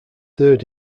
third